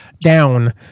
down